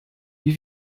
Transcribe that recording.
wie